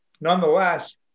nonetheless